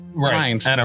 Right